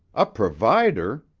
a provider?